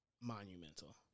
monumental